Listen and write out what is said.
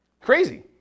Crazy